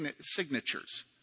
signatures